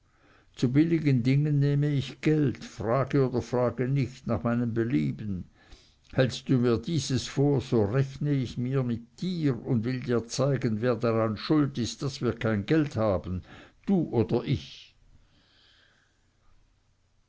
zu billigen dingen nehme ich geld frage oder frage nicht nach meinem belieben hältst du mir dieses vor so rechne ich mit dir und will dir zeigen wer daran schuld ist daß wir kein geld haben du oder ich